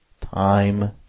time